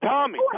Tommy